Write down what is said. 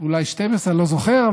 אולי 12, אני לא זוכר.